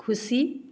खुसी